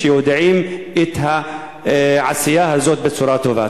שיודעים את העשייה הזאת בצורה הטובה.